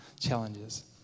challenges